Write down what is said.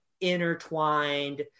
intertwined